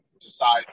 decide